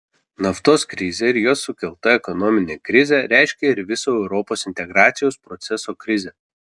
naftos krizė ir jos sukelta ekonominė krizė reiškė ir viso europos integracijos proceso krizę